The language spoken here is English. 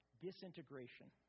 Disintegration